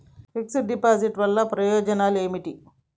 Fix డ్ deposit వల్ల ప్రయోజనాలు ఏమిటి?